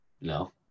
No